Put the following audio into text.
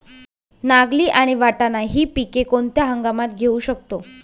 नागली आणि वाटाणा हि पिके कोणत्या हंगामात घेऊ शकतो?